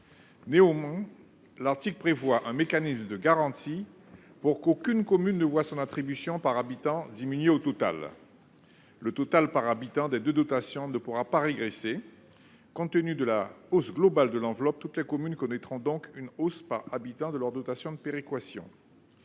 Néanmoins, le dispositif prévoit un mécanisme de garantie pour qu'aucune commune ne voie son attribution par habitant diminuer au final. Ainsi, le total par habitant des deux dotations ne pourra pas régresser. Compte tenu de la hausse globale de l'enveloppe, toutes les communes connaîtront une augmentation par habitant de leur dotation de péréquation.